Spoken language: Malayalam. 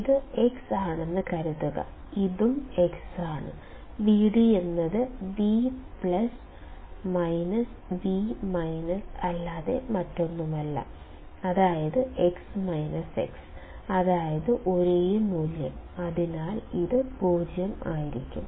ഇത് X ആണെന്ന് കരുതുക ഇതും X ആണ് Vd എന്നത് V V അല്ലാതെ മറ്റൊന്നുമല്ല അതായത് X X അതായത് ഒരേ മൂല്യം അതിനാൽ ഇത് 0 ആയിരിക്കും